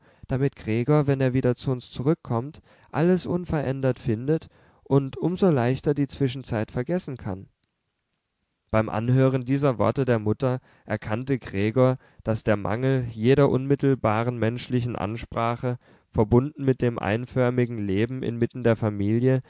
damit gregor wenn er wieder zu uns zurückkommt alles unverändert findet und um so leichter die zwischenzeit vergessen kann beim anhören dieser worte der mutter erkannte gregor daß der mangel jeder unmittelbaren menschlichen ansprache verbunden mit dem einförmigen leben inmitten der familie